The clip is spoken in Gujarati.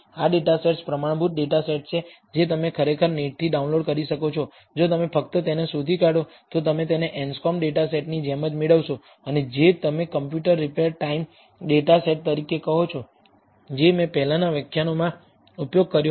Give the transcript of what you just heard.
આ ડેટા સેટ્સ પ્રમાણભૂત ડેટા સેટ્સ છે જે તમે ખરેખર નેટથી ડાઉનલોડ કરી શકો છો જો તમે ફક્ત તેને શોધી કાઢો તો તમે તેને એન્સ્કોમ્બ ડેટા સેટની જેમ જ મેળવશો અને જે તમે computer repair time data set તરીકે કહો છો જે મેં પહેલાનાં વ્યાખ્યાનોમાં ઉપયોગ કર્યો હતો